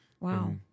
Wow